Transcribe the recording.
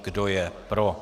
Kdo je pro?